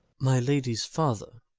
my lady's father.